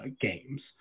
games